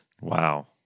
Wow